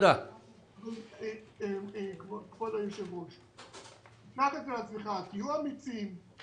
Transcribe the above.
כבוד היושב-ראש, תהיו אמיצים.